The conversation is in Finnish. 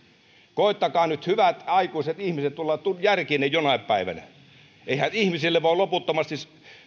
koettakaa nyt hyvät aikuiset ihmiset tulla järkiinne jonain päivänä eihän ihmisille voi loputtomasti